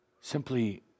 simply